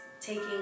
taking